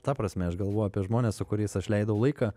ta prasme aš galvoju apie žmones su kuriais aš leidau laiką